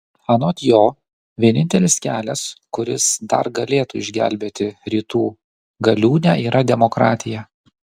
anot jo vienintelis kelias kuris dar galėtų išgelbėti rytų galiūnę yra demokratija